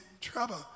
trouble